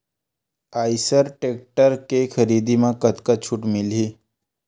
Eicher tractor के खरीदी म कतका छूट मिलही?